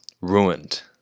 Ruined